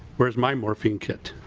where's my morphine kit?